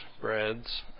breads